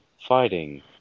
fighting